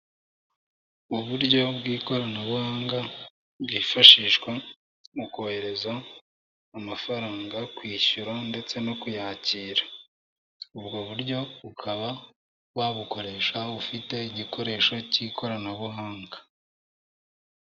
Uburyo bw'ikoranabuhanga, bwifashishwa mu kohereza amafaranga, kwishyura ndetse no kuyakira. Ubwo buryo ukaba wabukoresha ufite igikoresho cy'ikoranabuhanga.